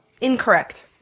Incorrect